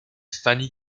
funny